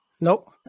Nope